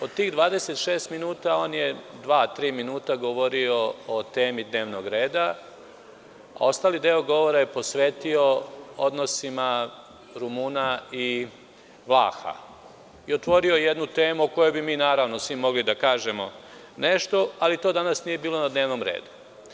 Od tih 26 minuta, on je dva, tri minuta govorio o temi dnevnog reda, a ostali deo govora je posvetio odnosima Rumuna i Vlaha i otvorio jednu temu o kojoj bi mi svi mogli da kažemo nešto, ali to danas nije bilo na dnevnom redu.